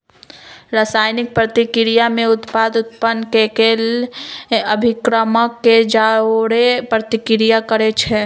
रसायनिक प्रतिक्रिया में उत्पाद उत्पन्न केलेल अभिक्रमक के जओरे प्रतिक्रिया करै छै